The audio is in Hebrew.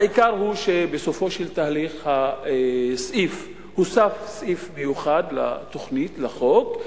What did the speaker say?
העיקר הוא שבסופו של התהליך הוסף סעיף מיוחד לחוק,